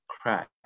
crack